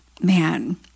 man